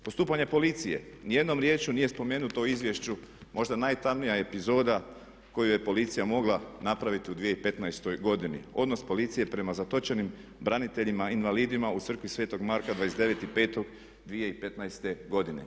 Postupanje policije, nijednom riječju nije spomenuto u izvješću, možda najtamnija epizoda koju je policija mogla napraviti u 2015. godini odnos policije prema zatočenim braniteljima invalidima u crkvi sv. Marka 29.05.2015. godine.